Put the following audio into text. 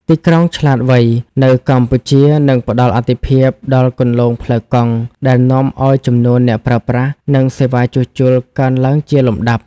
ទីក្រុងឆ្លាតវៃ នៅកម្ពុជានឹងផ្តល់អាទិភាពដល់គន្លងផ្លូវកង់ ដែលនាំឱ្យចំនួនអ្នកប្រើប្រាស់ និងសេវាជួសជុលកើនឡើងជាលំដាប់។